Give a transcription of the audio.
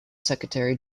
secretary